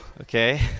okay